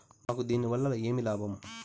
మాకు దీనివల్ల ఏమి లాభం